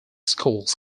schools